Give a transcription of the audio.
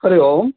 हरिः ओम्